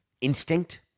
instinct